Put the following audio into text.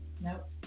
Nope